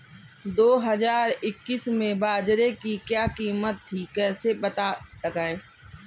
दो हज़ार इक्कीस में बाजरे की क्या कीमत थी कैसे पता लगाएँ?